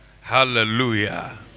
Hallelujah